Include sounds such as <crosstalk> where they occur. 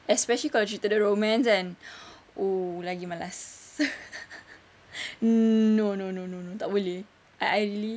especially kalau cerita dia romance kan oh lagi malas <laughs> no no no tak boleh I I really